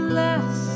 less